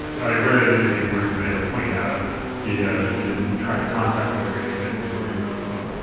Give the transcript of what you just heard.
i read an interview where he made a point out of he yeah he didn't try to contact me or anything before he wrote the book.